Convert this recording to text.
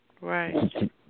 Right